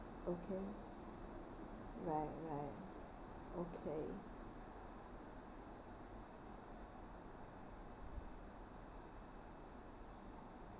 okay like like okay